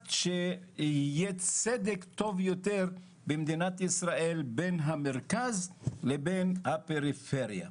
שיהיה צדק טוב יותר במדינת ישראל בין המרכז לבין הפריפריה.